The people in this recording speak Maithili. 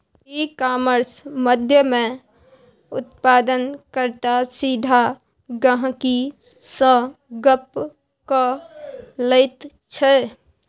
इ कामर्स माध्यमेँ उत्पादन कर्ता सीधा गहिंकी सँ गप्प क लैत छै